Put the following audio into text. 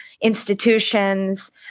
institutions